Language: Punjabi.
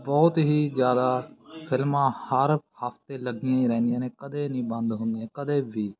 ਬਹੁਤ ਹੀ ਜ਼ਿਆਦਾ ਫਿਲਮਾਂ ਹਰ ਹਫਤੇ ਲੱਗੀਆਂ ਹੀ ਰਹਿੰਦੀਆਂ ਨੇ ਕਦੇ ਨਹੀਂ ਬੰਦ ਹੁੰਦੀਆਂ ਕਦੇ ਵੀ